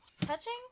touching